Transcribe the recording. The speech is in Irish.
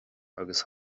agus